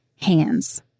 hands